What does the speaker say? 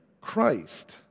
Christ